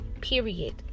period